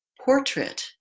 portrait